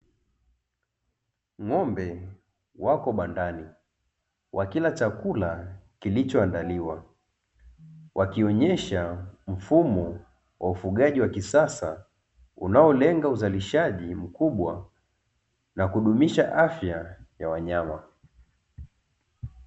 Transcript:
Ng'ombe wako bandani wakila chakula kilichoandaliwa, wakionesha mfumo wa ufugaji wa kisasa unaolenga uzalishaji mkubwa, na kudumisha afya ya wanyama.